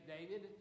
David